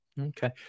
Okay